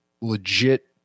legit